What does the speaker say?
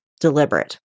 deliberate